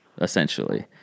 essentially